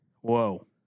whoa